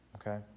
Okay